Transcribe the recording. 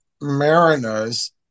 mariners